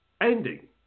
ending